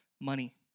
Money